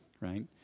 right